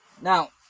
now